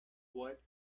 what